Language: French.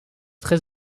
très